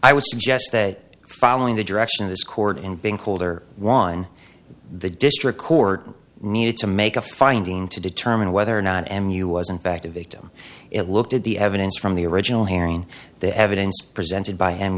suggest that following the direction of this court and being called or won the district court needed to make a finding to determine whether or not m knew was in fact a victim it looked at the evidence from the original hearing the evidence presented by and